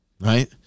right